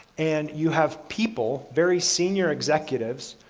and you have people, very senior executives,